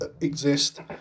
exist